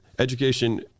education